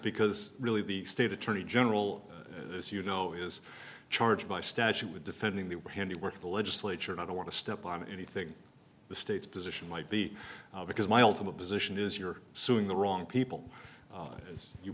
because really the state attorney general as you know is charged by statute with defending the handiwork of the legislature and i don't want to step on anything the state's position might be because my ultimate position is you're suing the wrong people